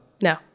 No